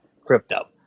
crypto